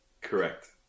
Correct